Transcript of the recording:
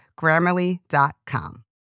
Grammarly.com